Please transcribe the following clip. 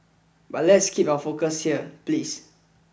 but let's keep our focus here please